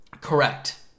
Correct